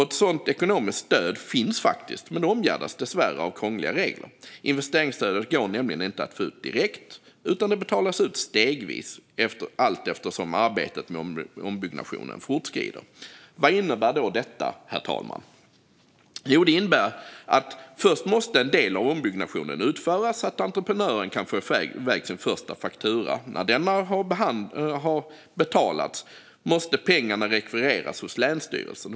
Ett sådant ekonomiskt stöd finns faktiskt, men det omgärdas dessvärre av krångliga regler. Investeringsstödet går nämligen inte att få ut direkt, utan det betalas ut stegvis allteftersom arbetet med ombyggnationen fortskrider. Vad innebär då detta, herr talman? Jo, det innebär att först måste en del av ombyggnationen utföras så att entreprenören kan få iväg sin första faktura. När den har betalats måste pengarna rekvireras hos länsstyrelsen.